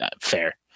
fair